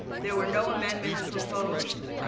there were no amendments proposed